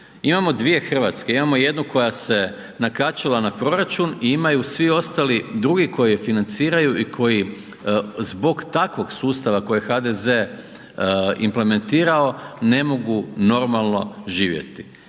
Imamo dvije Hrvatske, imamo jednu koja se nakačila na proračun i imaju svi ostali drugi koji ju financiraju i koji zbog takvog sustava koji je HDZ implementirao ne mogu normalno živjeti.